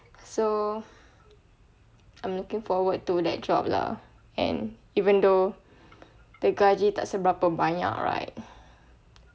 so I'm looking forward to that job lah and even though the gaji tak seberapa banyak right